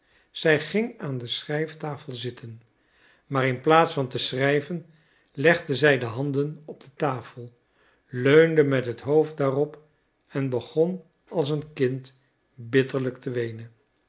zij ging aan de schrijftafel zitten maar in plaats van te schrijven legde zij de handen op de tafel leunde met het hoofd daarop en begon als een kind bitterlijk te weenen